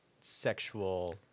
sexual